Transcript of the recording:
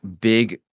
big